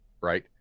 right